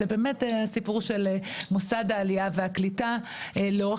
זה באמת הסיפור של מוסד העלייה והקליטה לאורך